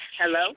Hello